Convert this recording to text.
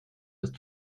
ist